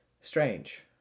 strange